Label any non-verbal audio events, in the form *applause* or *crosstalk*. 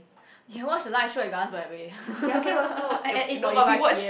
you watch the light show at Gardens-by-the-Bay *laughs* at eight forty five P_M